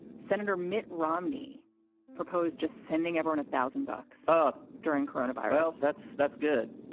senator mitt romney proposed just sending everyone a thousand bucks off during coronavirus. that's that's good